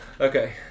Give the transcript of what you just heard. Okay